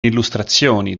illustrazioni